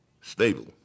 stable